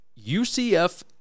UCF